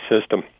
system